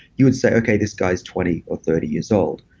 you would say, okay. this guy is twenty or thirty years old.